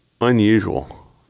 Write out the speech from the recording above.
unusual